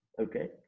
okay